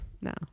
No